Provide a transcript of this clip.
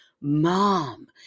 mom